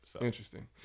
Interesting